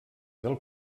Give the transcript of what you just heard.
del